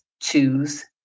choose